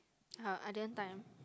uh I didn't time